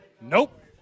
Nope